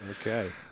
Okay